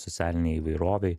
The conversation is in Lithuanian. socialinei įvairovei